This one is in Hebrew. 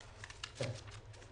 יותר.